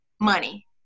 money